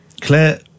Claire